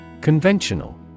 Conventional